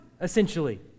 essentially